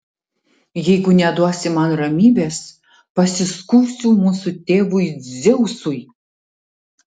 jeigu neduosi man ramybės pasiskųsiu mūsų tėvui dzeusui